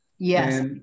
Yes